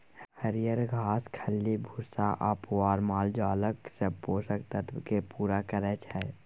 हरियर घास, खल्ली भुस्सा आ पुआर मालजालक सब पोषक तत्व केँ पुरा करय छै